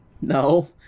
No